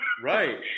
Right